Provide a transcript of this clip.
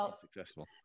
successful